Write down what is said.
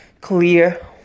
clear